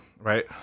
right